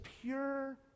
pure